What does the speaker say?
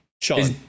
Sean